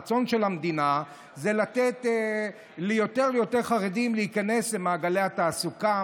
הרצון של המדינה זה לתת ליותר ויותר חרדים להיכנס למעגלי התעסוקה,